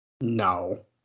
No